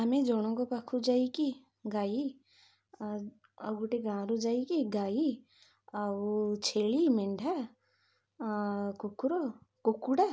ଆମେ ଜଣଙ୍କ ପାଖକୁ ଯାଇକରି ଗାଈ ଆଉ ଗୋଟିଏ ଗାଁରୁ ଯାଇକି ଗାଈ ଆଉ ଛେଳି ମେଣ୍ଢା କୁକୁର କୁକୁଡ଼ା